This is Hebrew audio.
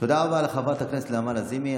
רבה לחברת הכנסת נעמה לזימי.